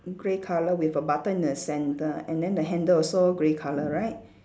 grey colour with a button in the centre and then the handle also grey colour right